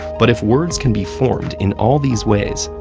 but if words can be formed in all these ways,